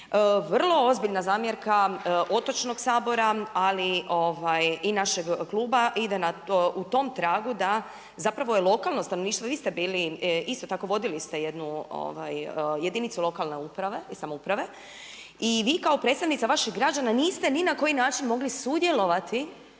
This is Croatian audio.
vrlo ozbiljna zamjerka Otočnog sabora ali i našeg kluba ide u tom tragu da zapravo je lokalno stanovništvo, vi ste bili, isto tako vodili ste jednu jedinicu lokalne uprave i samouprave. I vi kao predstavnica vaših građana niste ni na koji način mogli sudjelovati